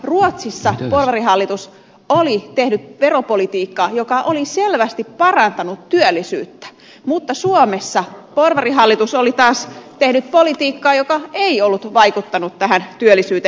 ruotsissa porvarihallitus oli tehnyt veropolitiikkaa joka oli selvästi parantanut työllisyyttä mutta suomessa porvarihallitus oli taas tehnyt politiikkaa joka ei ollut vaikuttanut tähän työllisyyteen